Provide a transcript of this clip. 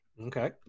Okay